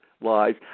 lies